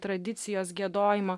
tradicijos giedojimo